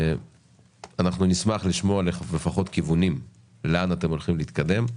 נשמח לשמוע לפחות כיוונים לאן אתם הולכים להתקדם.